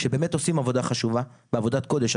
שבאמת עושים עבודה חשובה ועבודת קודש,